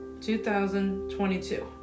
2022